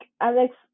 Alex